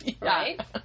Right